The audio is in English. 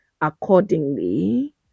accordingly